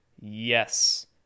Yes